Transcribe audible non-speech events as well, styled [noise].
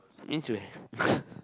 means you have [laughs]